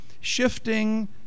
shifting